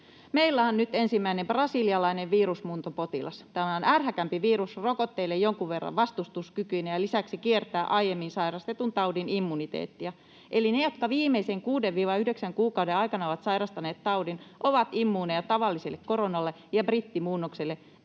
”Meillä on nyt ensimmäinen brasilialainen virusmuuntopotilas. Tämä on ärhäkämpi virus, rokotteelle jonkun verran vastustuskykyinen ja lisäksi kiertää aiemmin sairastetun taudin immuniteettia. Eli ne, jotka viimeisen kuuden—yhdeksän kuukauden aikana ovat sairastaneet taudin ja ovat immuuneja tavalliselle koronalle ja brittimuunnokselle,